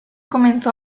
comenzó